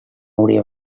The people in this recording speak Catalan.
hauria